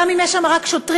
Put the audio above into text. גם אם יש שם רק שוטרים,